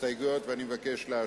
הסתייגויות ואני מבקש לאשרה.